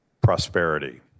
prosperity